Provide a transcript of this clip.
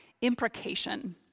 imprecation